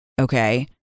Okay